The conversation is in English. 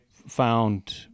found